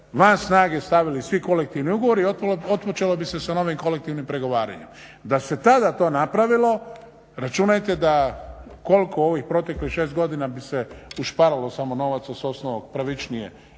van snage stavili svi kolektivni ugovori i otpočelo bi se sa novim kolektivnim pregovaranjem. Da se tada to napravilo, računajte da koliko ovih proteklih 6 godina bi se ušparalo samo novaca s osnova pravičnije